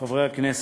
תודה, חברי הכנסת,